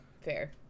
fair